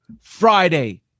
Friday